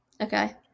Okay